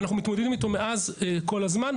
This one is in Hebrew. ואנחנו מתמודדים איתו מאז כל הזמן,